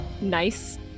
nice